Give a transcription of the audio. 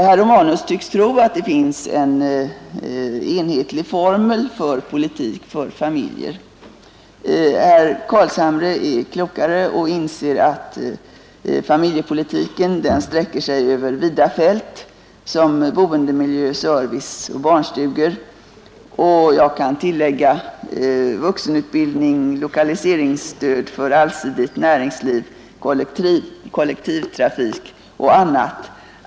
Herr Romanus tycks tro att det finns en enhetlig formel för politik för familjer. Herr Carlshamre är klokare och inser att familjepolitiken sträcker sig över vida fält såsom bostadsmiljö, service och barnstugor — jag kan tillägga vuxenutbildning, lokaliseringsstöd för allsidigt näringsliv, kollektivtrafik och annat.